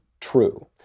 true